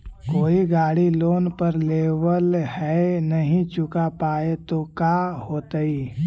कोई गाड़ी लोन पर लेबल है नही चुका पाए तो का होतई?